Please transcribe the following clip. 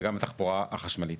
וגם בתחבורה החשמלית.